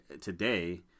today